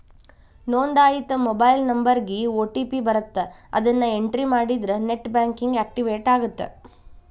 ನೋಂದಾಯಿತ ಮೊಬೈಲ್ ನಂಬರ್ಗಿ ಓ.ಟಿ.ಪಿ ಬರತ್ತ ಅದನ್ನ ಎಂಟ್ರಿ ಮಾಡಿದ್ರ ನೆಟ್ ಬ್ಯಾಂಕಿಂಗ್ ಆಕ್ಟಿವೇಟ್ ಆಗತ್ತ